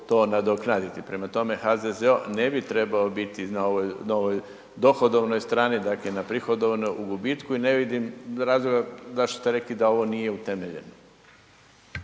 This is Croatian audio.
to nadoknaditi, prema tome, HZZO ne bi trebao biti na ovoj dohodovnoj strani, dakle na prihodovnoj u gubitku i ne vidim razloga zašto ste rekli da ovo nije utemeljeno.